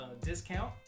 discount